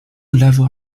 level